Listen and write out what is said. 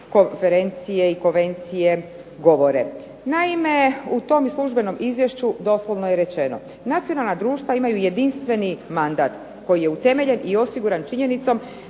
konferencije i konvencije govore. Naime, u tom službenom izvješću doslovno je rečeno. Nacionalna društva imaju jedinstveni mandat koji je utemeljen i osiguran činjenicom